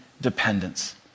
dependence